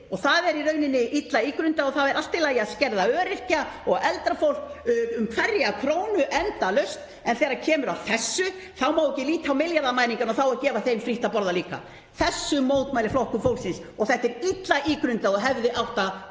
Þetta er í rauninni illa ígrundað. Það er allt í lagi að skerða öryrkja og eldra fólk um hverja krónu endalaust en þegar kemur að þessu þá má ekki líta á milljarðamæringana, það á að gefa þeim frítt að borða líka. Þessu mótmælir Flokkur fólksins. Þetta er illa ígrundað og hefði átt að